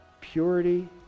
purity